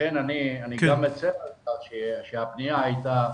אני גם מצר על כך שהפנייה הייתה